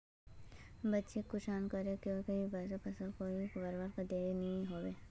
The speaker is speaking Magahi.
बिच्चिक कुंसम करे बोई बो ते फसल लोक बढ़वार कोई देर नी होबे?